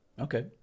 Okay